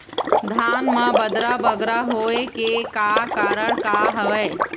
धान म बदरा बगरा होय के का कारण का हवए?